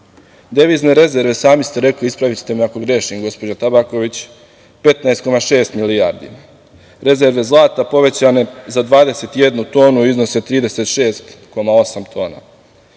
Devizne rezerve, sami ste rekli, ispravite me ako grešim gospođo Tabaković, 15,6 milijardi. Rezerve zlata povećane za 21 tonu i iznose 36,8 tona.